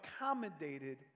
accommodated